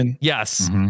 Yes